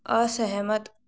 असहमत